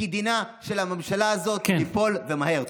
כי דינה של הממשלה הזאת ליפול ומהר.